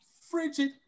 Frigid